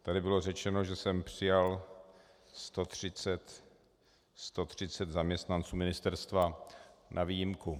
Tady bylo řečeno, že jsem přijal 130 zaměstnanců ministerstva na výjimku.